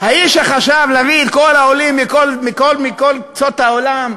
האיש שחשב להביא את כל העולים מכל קצות העולם,